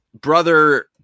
brother